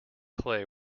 clay